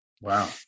Wow